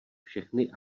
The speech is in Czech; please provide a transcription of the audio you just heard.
všechny